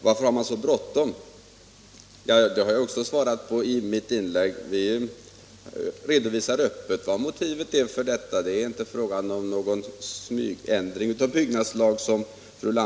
Varför har man så bråttom? Den frågan har jag också svarat på i mitt huvudanförande. Vi har öppet redovisat motiven. Det är inte, som fru Landberg befarade, fråga om någon smygändring av byggnadslagen.